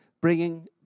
bringing